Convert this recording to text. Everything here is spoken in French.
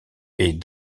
est